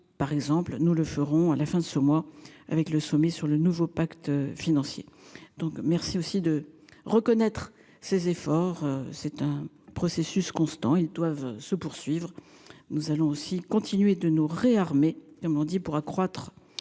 par exemple, nous le ferons à la fin de ce mois avec le sommet sur le nouveau pacte financier donc merci aussi de reconnaître ses efforts. C'est un processus constant. Ils doivent se poursuivre. Nous allons aussi continuer de nous réarmer comme on dit pour accroître